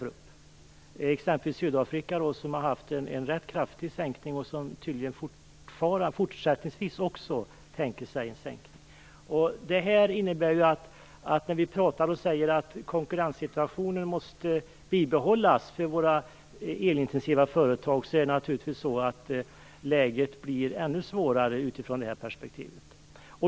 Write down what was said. I exempelvis Sydafrika har man haft en rätt kraftig sänkning och tänker sig tydligen också fortsättningsvis en sänkning. Vi talar om att konkurrenssituationen för våra elintensiva företag måste bibehållas, men läget blir naturligtvis ännu svårare utifrån detta perspektiv.